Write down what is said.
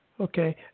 Okay